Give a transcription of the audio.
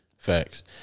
Facts